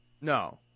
No